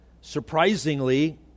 Surprisingly